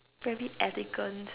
very elegant